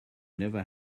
never